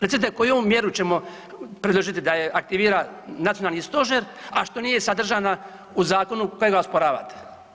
Recite koju mjeru ćemo predložiti da je aktivira Nacionalni stožer, a što nije sadržana u zakonu koji osporavate.